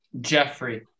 Jeffrey